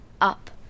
up